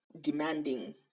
demanding